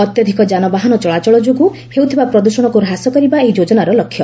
ଅତ୍ୟଧିକ ଯାନବାହନ ଚଳାଚଳ ଯୋଗୁଁ ହେଉଥିବା ପ୍ରଦ୍ୟଷଣକୁ ହ୍ରାସ କରିବା ଏହି ଯୋଜନାର ଲକ୍ଷ୍ୟ